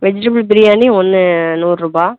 vegetable biryani ஒன்று நூறுரூபா